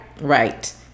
Right